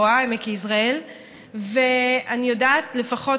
המשטרה הראשונה שנפתחה במדינת ישראל באוכלוסייה הערבית.